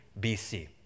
BC